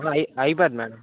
అయ్ అయిపోద్ది మేడమ్